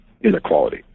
inequality